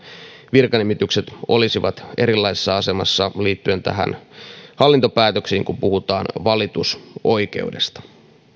virkanimitykset olisivat erilaisessa asemassa liittyen hallintopäätöksiin kun puhutaan valitusoikeudesta